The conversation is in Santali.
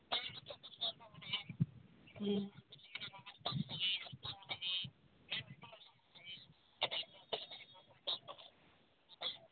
ᱦᱮᱸ